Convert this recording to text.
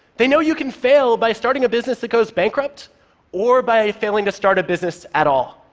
they know you can fail by starting a business that goes bankrupt or by failing to start a business at all.